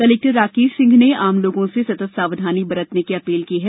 collector Rakesh Singh ने आम लोंगो से सतत सावधानी बरतने की अपील की है